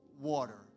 water